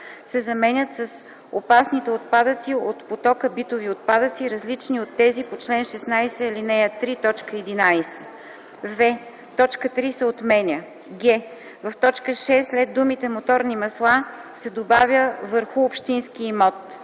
се заменят с „опасните отпадъци от потока битови отпадъци, различни от тези по чл. 16, ал. 3, т. 11”; в) т. 3 се отменя; г) в т. 6 след думите „моторни масла” се добавя „върху общински имот”;